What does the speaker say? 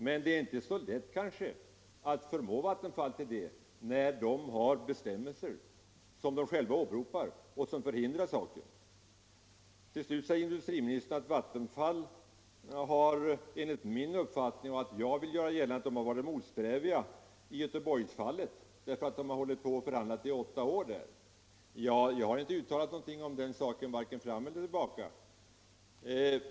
Det är kanske inte så lätt att förmå Vattenfall till detta när man där har bestämmelser som man själv åberopat och som förhindrar saken. Till slut sade industriministern att jag gjort gällande att Vattenfall varit motsträvigt i Göteborgsfallet, därför att man där hållit på och förhandlat i åtta år. Jag har inte uttalat någonting om den saken vare sig fram eller tillbaka.